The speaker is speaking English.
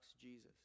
Jesus